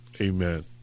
amen